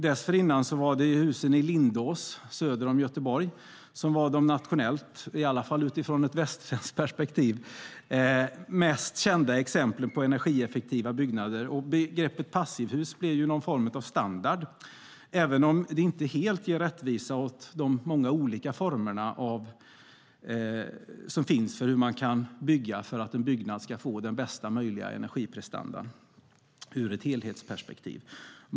Dessförinnan var det husen i Lindås söder om Göteborg som i alla fall utifrån ett västsvenskt perspektiv var de nationellt mest kända exemplen på energieffektiva byggnader. Begreppet passivhus blev någon form av standard, även om det inte helt ger rättvisa åt de många olika former som finns för hur man kan bygga så att en byggnad får bästa möjliga energiprestanda ur ett helhetsperspektiv.